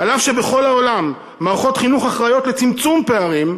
אף שבכל העולם מערכות חינוך אחראיות לצמצום פערים,